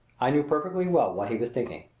i knew perfectly well what he was thinking.